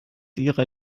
ihrer